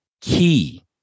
key